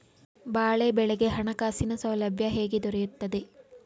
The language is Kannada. ಬಾಳೆ ಬೆಳೆಗೆ ಹಣಕಾಸಿನ ಸೌಲಭ್ಯ ಹೇಗೆ ದೊರೆಯುತ್ತದೆ?